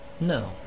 No